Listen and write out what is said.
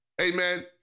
amen